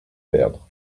perdre